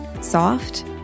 soft